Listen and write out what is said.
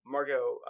Margot